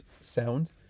sound